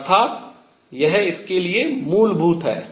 अर्थात यह इसके लिए मूलभूत है